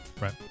Right